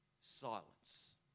silence